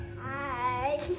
hi